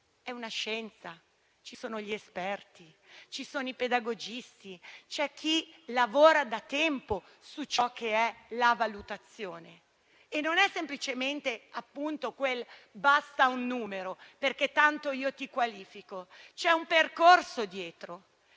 è una scienza, ci sono gli esperti, ci sono i pedagogisti, c'è chi lavora da tempo su ciò che è la valutazione. Non è semplicemente quel basta un numero, perché tanto io ti qualifico; c'è un percorso dietro,